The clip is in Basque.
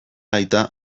aita